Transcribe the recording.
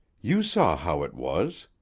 you saw how it was?